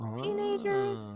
teenagers